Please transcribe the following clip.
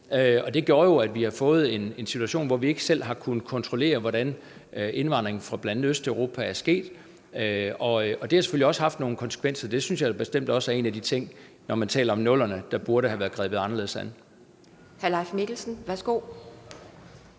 Og det gjorde jo, at der kom en situation, hvor vi ikke selv kunne kontrollere, hvordan indvandringen fra bl.a. Østeuropa er sket. Og det har selvfølgelig også haft nogle konsekvenser. Det synes jeg bestemt også er en af de ting, som, når man taler om 00'erne, burde have været grebet anderledes an.